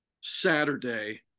saturday